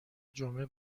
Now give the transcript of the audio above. جمعه